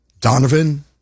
Donovan